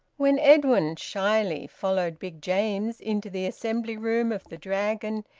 when edwin, shyly, followed big james into the assembly room of the dragon,